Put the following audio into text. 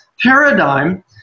paradigm